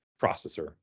processor